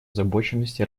озабоченности